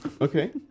okay